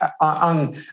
on